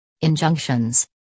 Injunctions